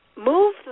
move